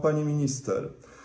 Pani Minister!